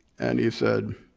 and he said,